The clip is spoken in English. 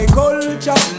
culture